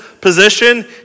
position